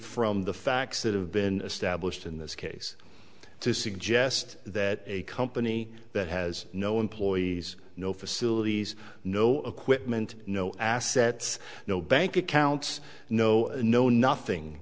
from the facts that have been established in this case to suggest that a company that has no employees no facilities no equipment no assets no bank accounts no no nothing